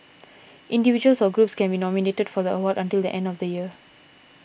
individuals or groups can be nominated for the award until the end of the year